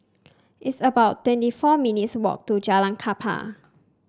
it's about twenty four minutes' walk to Jalan Kapal